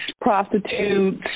prostitutes